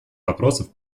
вопросов